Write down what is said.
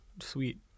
sweet